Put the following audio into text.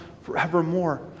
forevermore